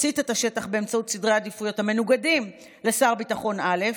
יצית את השטח באמצעות סדרי עדיפויות המנוגדים לאלה של שר ביטחון א',